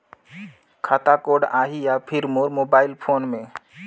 खाता कोड आही या फिर मोर मोबाइल फोन मे?